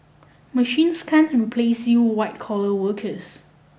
machines can't replace you white collar workers